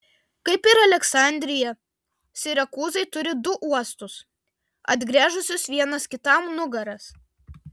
kaip ir aleksandrija sirakūzai turi du uostus atgręžusius vienas kitam nugaras